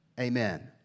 Amen